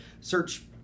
search